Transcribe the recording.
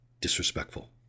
disrespectful